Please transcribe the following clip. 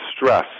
stress